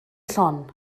llon